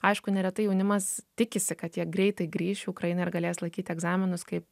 aišku neretai jaunimas tikisi kad jie greitai grįš į ukrainą ir galės laikyti egzaminus kaip